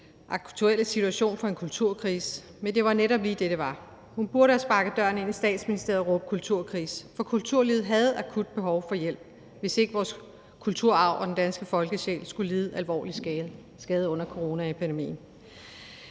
aktuelle situation for en kulturkrise, men det var netop det, det var. Hun burde have sparket døren ind til Statsministeriet og råbt kulturkrise, for kulturlivet havde akut behov for hjælp, hvis ikke vores kulturarv og den danske folkesjæl skulle lide alvorlig skade under coronaepidemien.